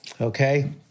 okay